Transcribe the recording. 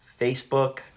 Facebook